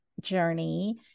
journey